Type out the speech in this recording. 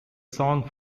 song